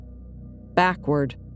backward